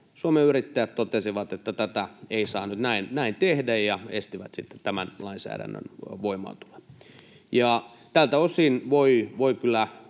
Suomen Yrittäjät totesi, että tätä ei saa nyt näin tehdä ja esti sitten tämän lainsäädännön voimaantulon. Ja tältä osin voi kyllä